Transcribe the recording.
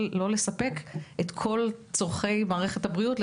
לספק את כל צורכי מערכת הבריאות.